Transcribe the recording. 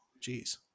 jeez